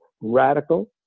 radical